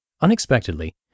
Unexpectedly